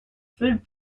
food